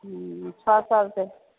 हूँ छओ सए रुपये